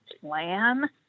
plan